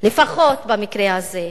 לפחות במקרה הזה.